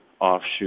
offshoot